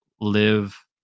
live